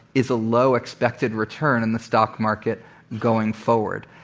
is a low expected return in the stock market going forward.